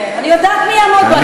אני יודעת מי יעמוד בראשו.